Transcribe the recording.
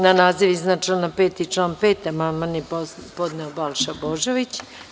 Na naziv iznad člana 5. i član 5. amandman je podneo Balša Božović.